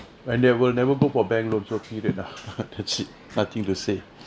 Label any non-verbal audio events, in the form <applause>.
I never never go for bank loan so period ah <laughs> that's it nothing to say